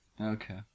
Okay